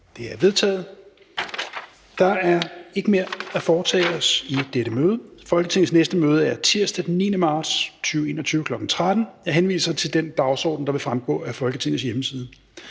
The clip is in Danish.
Petersen): Der er ikke mere at foretage i dette møde. Folketingets næste møde er tirsdag den 9. marts 2021, kl. 13.00. Jeg henviser til den dagsorden, der vil fremgå af Folketingets hjemmeside.